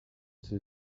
too